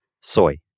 soy